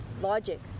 Logic